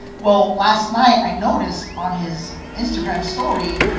well, last night, i noticed on his instagram story,